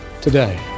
today